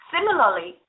Similarly